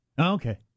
okay